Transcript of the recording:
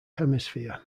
hemisphere